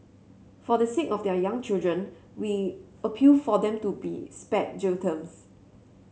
for the sake of their young children we appeal for them to be spared jail terms